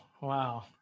Wow